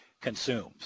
consumes